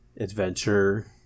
adventure